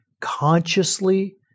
consciously